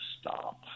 stop